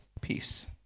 peace